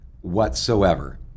whatsoever